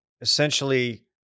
essentially